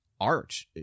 art